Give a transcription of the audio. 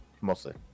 mostly